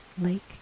Lake